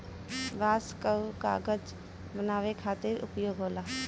बांस कअ कागज बनावे खातिर उपयोग होला